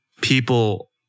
people